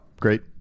great